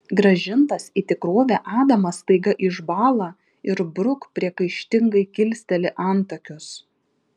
grąžintas į tikrovę adamas staiga išbąla ir bruk priekaištingai kilsteli antakius